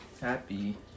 happy